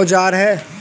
औजार है